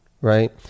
right